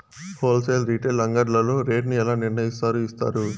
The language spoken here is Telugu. హోల్ సేల్ రీటైల్ అంగడ్లలో రేటు ను ఎలా నిర్ణయిస్తారు యిస్తారు?